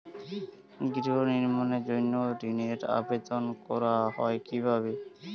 গৃহ নির্মাণের জন্য ঋণের আবেদন করা হয় কিভাবে?